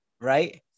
right